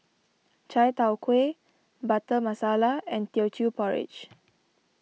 Chai Tow Kway Butter Masala and Teochew Porridge